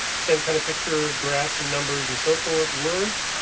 same kind of picture graphs and numbers and so forth. words.